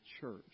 church